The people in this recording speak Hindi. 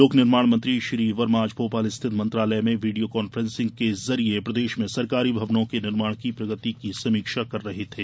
लोक निर्माण मंत्री श्री वर्मा आज भोपाल स्थित मंत्रालय में वीडियो कॉन्फ्रेंसिंग के माध्यम से प्रदेश में सरकारी भवनों के निर्माण की प्रगति की समीक्षा कर रहे थे